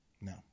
No